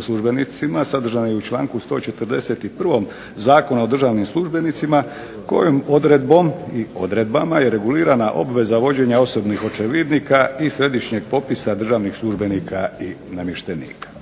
službenicima sadržana je u članku 141. Zakona o državnim službenicima kojom odredbom i odredbama je regulirana obveza vođenja osobnih očevidnika i središnjeg popisa državnih službenika i namještenika.